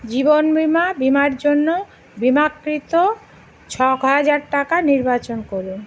জীবন বিমা বিমার জন্য বিমাকৃত ছ হাজার টাকা নির্বাচন করুন